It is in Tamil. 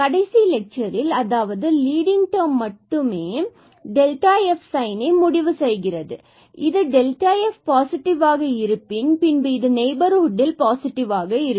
கடைசி லெட்சரில் அதாவது லீடிங் டெர்ம்மட்டுமே f சைன் இதனை முடிவு செய்கிறது இது fபாசிடிவ் ஆக இருப்பின் பின்பு இது ab நெய்பர்ஹூட்டில் பாசிட்டிவாக இருக்கும்